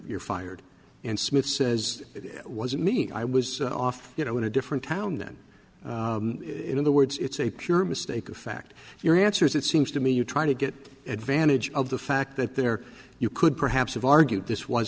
you're fired and smith says it wasn't me i was off you know in a different town then in other words it's a pure mistake of fact your answers it seems to me you're trying to get advantage of the fact that there you could perhaps have argued this was